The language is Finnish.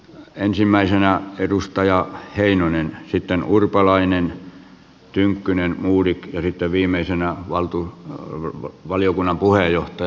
ensimmäisenä edustaja heinonen sitten urpalainen tynkkynen modig ja viimeisenä valiokunnan puheenjohtaja